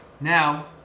Now